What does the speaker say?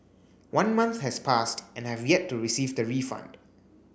one month has passed and I have yet to receive the refund